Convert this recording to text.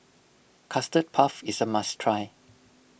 Custard Puff is a must try